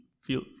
feel